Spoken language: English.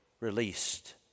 released